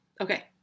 Okay